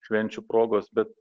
švenčių progos bet